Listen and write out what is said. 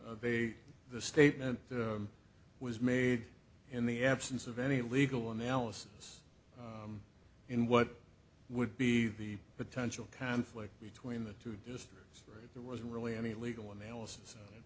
a the statement was made in the absence of any legal analysis in what would be the potential conflict between the two just right there wasn't really any legal analysis o